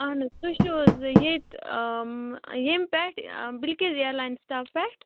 اَہَن حظ تُہۍ چھِو حظ ییٚتہِ ییٚمہِ پٮ۪ٹھ بِرکیج اَیر لایِن سِٹاف پٮ۪ٹھ